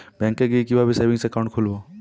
ব্যাঙ্কে গিয়ে কিভাবে সেভিংস একাউন্ট খুলব?